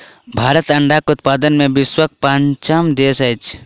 भारत अंडाक उत्पादन मे विश्वक पाँचम देश अछि